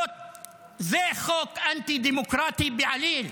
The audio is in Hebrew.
זה חוק אנטי-דמוקרטי בעליל,